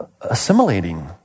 assimilating